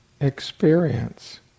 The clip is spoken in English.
experience